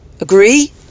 Agree